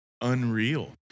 unreal